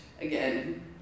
again